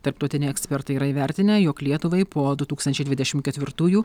tarptautiniai ekspertai yra įvertinę jog lietuvai po du tūkstančiai dvidešim ketvirtųjų